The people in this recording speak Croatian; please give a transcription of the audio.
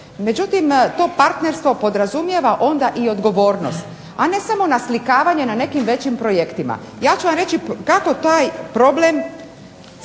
Međutim, to partnerstvo podrazumijeva onda i odgovornost a ne samo naslikavanje na nekim većim projektima. Ja ću vam reći kako taj problem se vidi